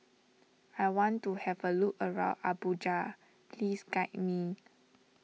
I want to have a look around Abuja please guide me